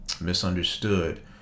misunderstood